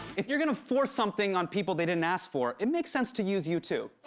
if you're gonna force something on people they didn't ask for, it makes sense to use u two.